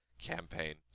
campaign